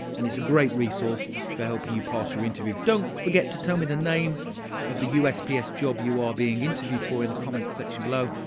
and it's a great resource for helping you pass your interview. don't forget to tell me the name of the usps job you are being interviewed for in the comments section below.